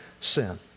sin